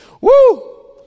Woo